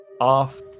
Off